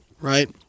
right